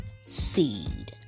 seed